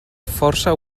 força